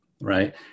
right